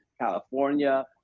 California